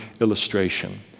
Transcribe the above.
illustration